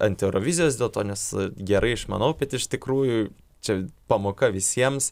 ant eurovizijos dėl to nes gerai išmanau bet iš tikrųjų čia pamoka visiems